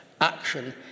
action